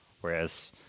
whereas